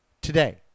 today